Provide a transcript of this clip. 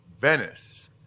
Venice